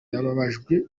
yabajijwe